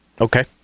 Okay